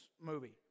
movie